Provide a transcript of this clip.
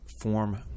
form